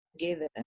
together